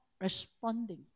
responding